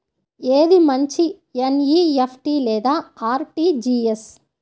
ఏది మంచి ఎన్.ఈ.ఎఫ్.టీ లేదా అర్.టీ.జీ.ఎస్?